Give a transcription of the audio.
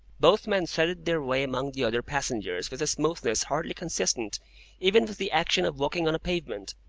both men threaded their way among the other passengers with a smoothness hardly consistent even with the action of walking on a pavement